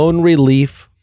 relief